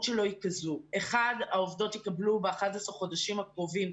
שלו היא כזו: העובדות יקבלו ב-11 החודשים הקרובים,